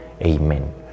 Amen